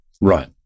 Right